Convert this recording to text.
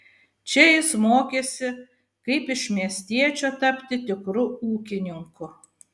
čia jis mokėsi kaip iš miestiečio tapti tikru ūkininku